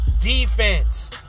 defense